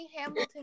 Hamilton